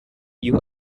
you